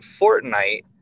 Fortnite